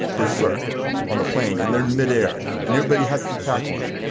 berserk on the plane and they're in midair, and everybody has to tackle him.